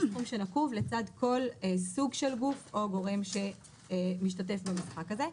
יש סכום שנקוב לצד כל סוג של גוף או גורם שמשתתף במשחק הזה.